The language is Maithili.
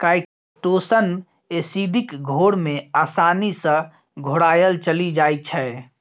काइटोसन एसिडिक घोर मे आसानी सँ घोराएल चलि जाइ छै